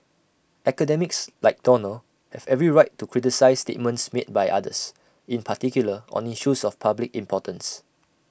academics like Donald have every right to criticise statements made by others in particular on issues of public importance